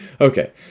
Okay